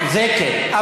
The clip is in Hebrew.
זה, כן.